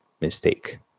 mistake